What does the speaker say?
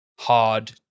hard